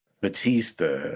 Batista